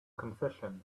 confession